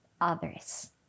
others